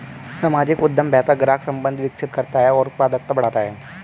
सामाजिक उद्यम बेहतर ग्राहक संबंध विकसित करता है और उत्पादकता बढ़ाता है